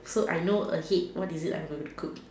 so I know ahead what is it I'm gonna cook